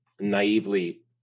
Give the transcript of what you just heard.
naively